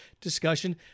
discussion